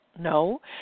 No